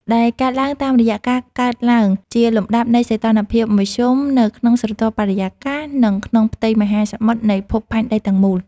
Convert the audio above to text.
ដែលកើតឡើងតាមរយៈការកើនឡើងជាលំដាប់នៃសីតុណ្ហភាពមធ្យមនៅក្នុងស្រទាប់បរិយាកាស និងក្នុងផ្ទៃមហាសមុទ្រនៃភពផែនដីទាំងមូល។